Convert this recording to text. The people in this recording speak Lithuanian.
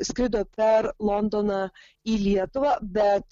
skrido per londoną į lietuvą bet